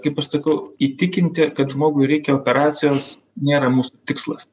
kaip aš sakau įtikinti kad žmogui reikia operacijos nėra mūsų tikslas